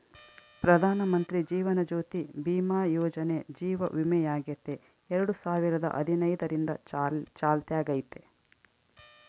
ಪ್ರಧಾನಮಂತ್ರಿ ಜೀವನ ಜ್ಯೋತಿ ಭೀಮಾ ಯೋಜನೆ ಜೀವ ವಿಮೆಯಾಗೆತೆ ಎರಡು ಸಾವಿರದ ಹದಿನೈದರಿಂದ ಚಾಲ್ತ್ಯಾಗೈತೆ